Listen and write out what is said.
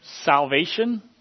salvation